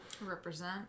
Represent